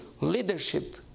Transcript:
leadership